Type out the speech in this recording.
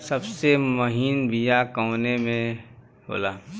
सबसे महीन बिया कवने के होला?